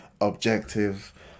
objective